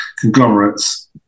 conglomerates